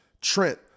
trent